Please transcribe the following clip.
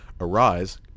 arise